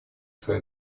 свои